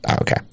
Okay